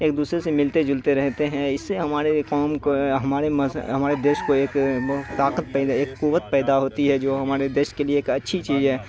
ایک دوسرے سے ملتے جلتے رہتے ہیں اس سے ہماری قوم کو ہمارے ہمارے دیش کو ایک طاقت پیدا ایک قوت پیدا ہوتی ہے جو ہمارے دیش کے لیے ایک اچھی چیز ہے